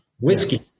Whiskey